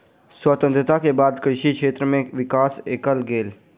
स्वतंत्रता के बाद कृषि क्षेत्र में विकास कएल गेल